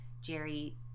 Jerry